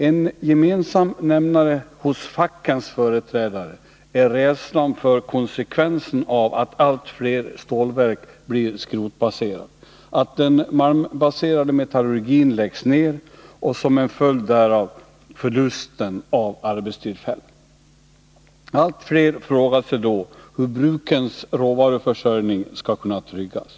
En gemensam nämnare hos fackens företrädare är rädslan för konsekvensen av att allt fler stålverk blir skrotbaserade: att den malmbaserade metallurgin läggs ner och som en följd därav förlust av arbetstillfällen. Allt fler frågar sig då hur brukens råvaruförsörjning skall kunna tryggas.